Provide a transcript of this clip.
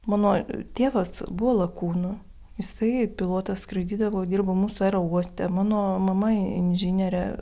mano tėvas buvo lakūnu jisai pilotas skraidydavo dirbo mūsų aerouoste mano mama inžinierė